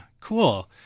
cool